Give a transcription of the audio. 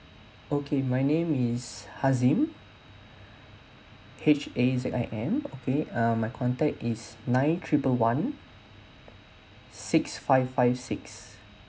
okay my name is hazim H A Z I M okay um my contact is nine triple one six five five six